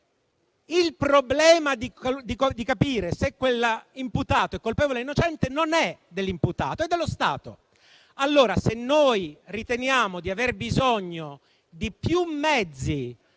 Il problema di capire se quell'imputato è colpevole o innocente non è dell'imputato, ma è dello Stato. Allora, se riteniamo di aver bisogno di più mezzi